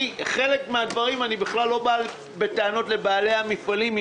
בחלק מן הדברים אני בכלל לא בא בטענות לבעלי המפעלים,